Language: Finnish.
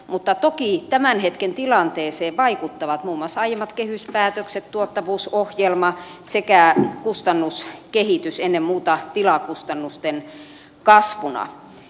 mutta toki tämän hetken tilanteeseen vaikuttavat muun muassa aiemmat kehyspäätökset tuottavuusohjelma sekä kustannuskehitys ennen muuta tilakustannusten kasvuna